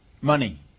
money